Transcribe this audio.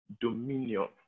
dominion